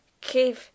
Keep